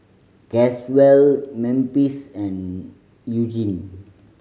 Caswell Memphis and Eugene